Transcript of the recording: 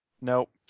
Nope